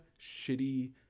shitty